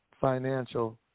financial